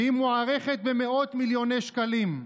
והיא מוערכת במאות מיליוני שקלים.